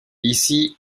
ici